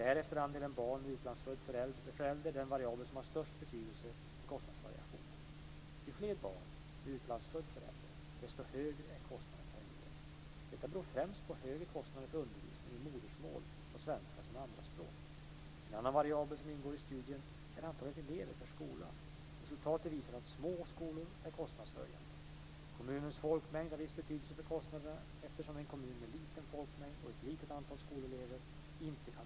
Därefter är andelen barn med utlandsfödd förälder den variabel som har störst betydelse för kostnadsvariationen. Ju fler barn med utlandsfödd förälder, desto högre är kostnaden per elev. Detta beror främst på högre kostnader för undervisning i modersmål och svenska som andraspråk. En annan variabel som ingår i studien är antalet elever per skola. Resultaten visar att små skolor är kostnadshöjande. Kommunens folkmängd har viss betydelse för kostnaderna, eftersom en kommun med liten folkmängd och ett litet antal skolelever inte kan uppnå stordriftsfördelar.